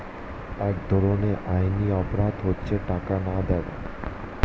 এক ধরনের আইনি অপরাধ হচ্ছে ট্যাক্স না দেওয়া